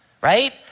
right